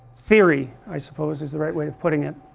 theory i suppose is the right way of putting it